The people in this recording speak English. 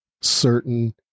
certain